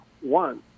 one